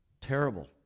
terrible